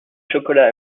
chocolats